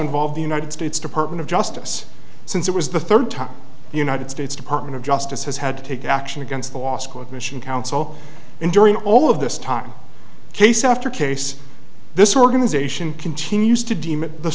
involve the united states department of justice since it was the third time the united states department of justice has had to take action against the law school admission council and during all of this talking case after case this organisation continues to